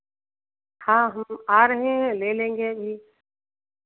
हाँ हम आ रहे हैं ले लेंगे अभी